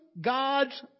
God's